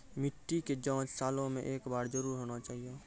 मिट्टी के जाँच सालों मे एक बार जरूर होना चाहियो?